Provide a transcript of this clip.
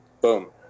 Boom